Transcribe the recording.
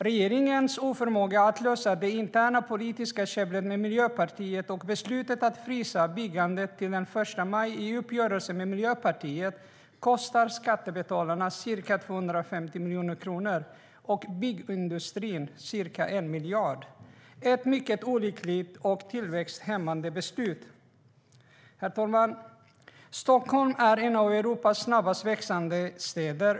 Regeringens oförmåga att lösa det interna politiska käbblet med Miljöpartiet, herr talman, samt beslutet - i uppgörelse med Miljöpartiet - att frysa byggandet till den 1 maj 2015 kostar skattebetalarna ca 250 miljoner kronor och byggindustrin ca 1 miljard. Det är ett mycket olyckligt och tillväxthämmande beslut. Herr talman! Stockholm är en av Europas snabbast växande städer.